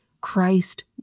Christ